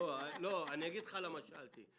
אגיד לך למה שאלתי,